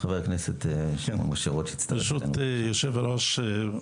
ברשות יושב הראש,